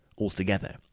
altogether